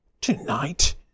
To-night